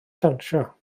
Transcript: dawnsio